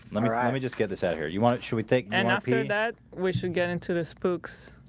let me i mean just get this out here you want it should we take and happy with that we should get into the spooks.